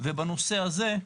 ובנושא הזה,